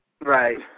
Right